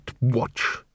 Watch